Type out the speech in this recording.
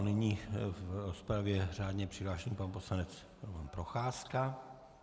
Nyní v rozpravě řádně přihlášený pan poslanec Procházka.